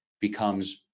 becomes